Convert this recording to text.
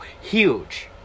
huge